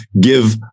Give